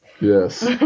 Yes